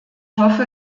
hoffe